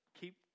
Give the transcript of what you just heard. keep